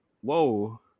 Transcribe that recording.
whoa